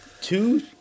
two